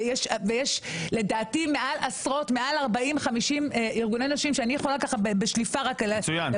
ויש לדעתי מעל 50-40 ארגוני נשים שאני יכולה בשליפה --- מצוין,